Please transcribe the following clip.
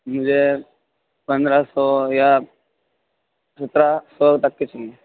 مجھے پندرہ سو یا سترہ سو تک کے چاہیے